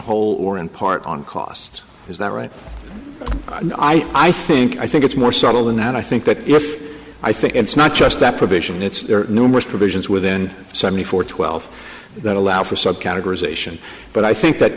whole or in part on cost is that right and i i think i think it's more subtle than that i think that if i think it's not just that provision it's numerous provisions within seventy four twelve that allow for sub categorization but i think that